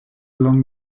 along